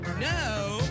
No